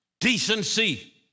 decency